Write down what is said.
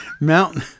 Mountain